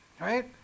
Right